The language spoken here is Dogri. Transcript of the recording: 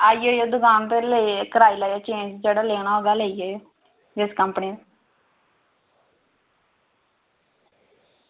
आई जायो दुकान उप्पर ते कराई लैयो चेंज़ जेह्ड़ा लैना होऐ लेई लैयो जिस कंपनी दा